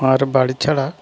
আর বাড়ি ছাড়া